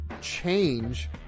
change